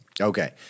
Okay